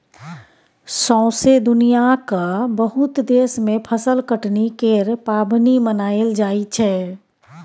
सौसें दुनियाँक बहुत देश मे फसल कटनी केर पाबनि मनाएल जाइ छै